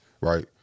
right